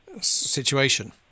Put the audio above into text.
situation